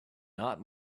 not